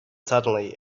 suddenly